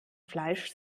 fleisch